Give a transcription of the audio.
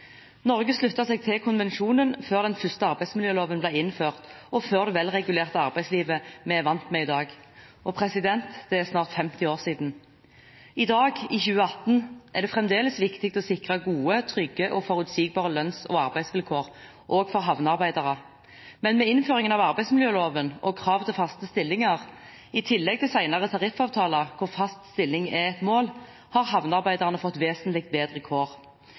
Norge sluttet seg til konvensjonen før den første arbeidsmiljøloven ble innført, og før det velregulerte arbeidslivet vi er vant med i dag. Det er snart 50 år siden. I dag – i 2018 – er det fremdeles viktig å sikre gode, trygge og forutsigbare lønns- og arbeidsvilkår, også for havnearbeidere. Men med innføringen av arbeidsmiljøloven og kravet til faste stillinger, i tillegg til senere tariffavtaler hvor fast stilling er et mål, har havnearbeiderne fått vesentlig bedre kår.